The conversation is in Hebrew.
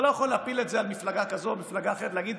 אתה לא יכול להפיל את זה על מפלגה כזו או על מפלגה אחרת ולהגיד,